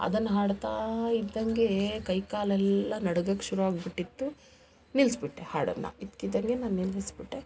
ಅದನ್ನ ಹಾಡ್ತಾ ಇದ್ದಂಗೆ ಕೈ ಕಾಲೆಲ್ಲ ನಡ್ಗಕ್ಕೆ ಶುರು ಆಗ್ಬಿಟ್ಟಿತ್ತು ನಿಲ್ಸ್ಬಿಟ್ಟೆ ಹಾಡನ್ನ ಇದ್ಕಿದ್ದಂಗೆ ನಾನು ನಿಲ್ಲಸ್ಬಿಟ್ಟೆ